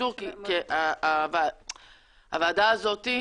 הוועדה הזאת,